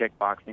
kickboxing